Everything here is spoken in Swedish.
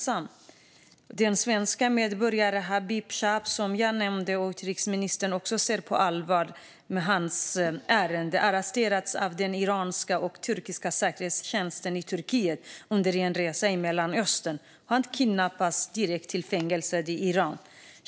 Jag har också nämnt den svenske medborgaren Habib Chaab, och utrikesministern nämnde honom och ser allvarligt på hans ärende. Han arresterades av den iranska och den turkiska säkerhetstjänsten i Turkiet under en resa i Mellanöstern. Han kidnappades och fördes direkt till fängelse i Iran.